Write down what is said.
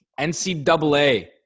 ncaa